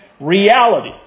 reality